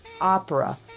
opera